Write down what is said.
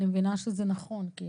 אני מבינה שזה נכון.